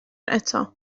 eto